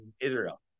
Israel